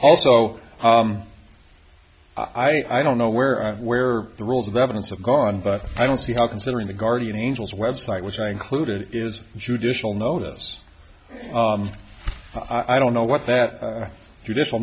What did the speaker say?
also i don't know where or where the rules of evidence of gone but i don't see how considering the guardian angels website which i included is judicial notice i don't know what that judicial